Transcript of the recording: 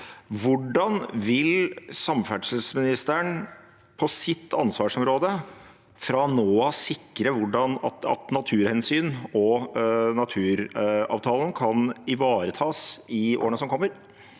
Hvordan vil samferdselsministeren på sitt ansvarsområde fra nå av sikre at naturhensyn og naturavtalen kan ivaretas i årene som kommer?